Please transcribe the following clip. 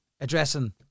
Addressing